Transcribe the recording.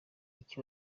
iki